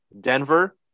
Denver